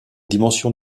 dimensions